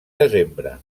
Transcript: desembre